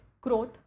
growth